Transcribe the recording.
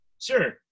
Sure